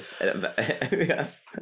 Yes